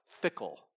fickle